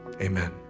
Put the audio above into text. Amen